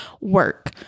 work